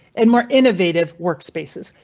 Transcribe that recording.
and more innovative workspaces.